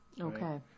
okay